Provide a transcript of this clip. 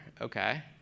Okay